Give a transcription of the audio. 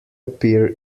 appear